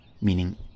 meaning